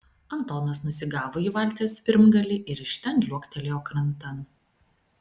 antonas nusigavo į valties pirmgalį ir iš ten liuoktelėjo krantan